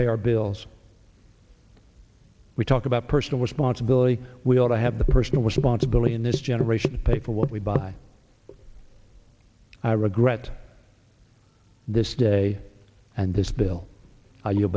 pay our bills we talk about personal responsibility we ought to have the personal responsibility in this generation pay for what we buy i regret this day and this bill